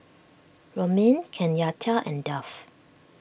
Romaine Kenyatta and Duff